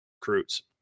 recruits